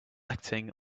acting